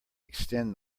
extend